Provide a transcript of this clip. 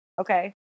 Okay